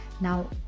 Now